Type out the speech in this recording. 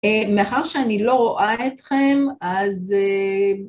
אה... מאחר שאני לא רואה אתכם, אז אה...